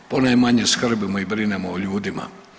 Ponajmanje skrbimo i brinemo o ljudima.